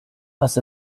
was